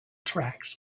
tracks